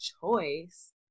choice